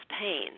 pain